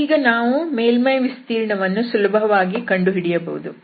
ಈಗ ನಾವು ಮೇಲ್ಮೈಯ ವಿಸ್ತೀರ್ಣವನ್ನು ಸುಲಭವಾಗಿ ಕಂಡುಹಿಡಿಯಬಹುದು